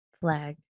flag